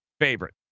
favorite